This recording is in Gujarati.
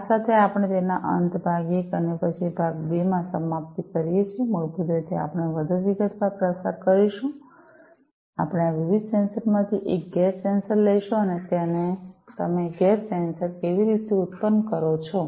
આ સાથે આપણે તેનો અંત ભાગ 1 અને પછી ભાગ 2 માં સમાપ્ત કરીએ છીએ મૂળભૂત રીતે આપણે વધુ વિગતવાર પસાર કરીશું આપણે આ વિવિધ સેન્સરમાંથી એક ગેસ સેન્સર લઈશું અને તમે ગેસ સેન્સર કેવી રીતે ઉત્પન્ન કરો છો